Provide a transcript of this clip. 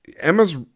Emma's